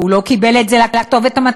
כי הוא לא קיבל את זה לכתובת המתאימה,